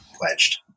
pledged